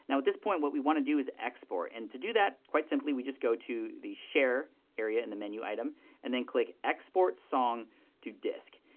now, at this point, what we wanna do is export. and to do that, quite simply, we just go to the share area in the menu item and then click export song to disk.